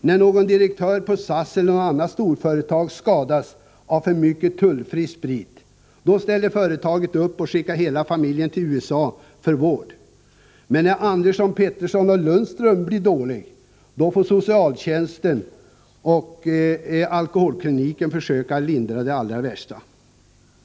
När någon direktör i SAS eller inom något annat storföretag skadas av för mycket tullfri sprit, då ställer företag upp och skickar hela familjen till USA för vård. När Andersson, Pettersson eller Lundström blir dålig, då får socialtjänsten och alkoholkliniken försöka lindra det allra värsta.